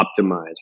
optimize